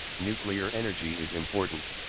nuclear energy is important.